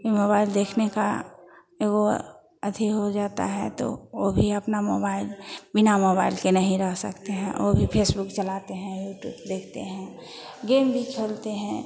ई mobile देखने का यह वह अथी हो जाता है तो वो भी अपना मोबाइल बिना मोबाइल के नहीं रह सकते हैं वो भी फेसबुक चलाते हैं यूट्यूब चलाते हैं देखते हैं गेम भी खेलते हैं